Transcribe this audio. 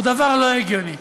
הוא דבר לא הגיוני.